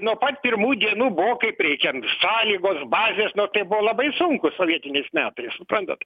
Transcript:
nuo pat pirmų dienų buvo kaip reikiant sąlygos bazės nu tai buvo labai sunku sovietiniais metais suprantat